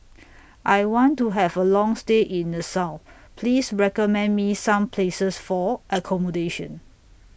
I want to Have A Long stay in Nassau Please recommend Me Some Places For accommodation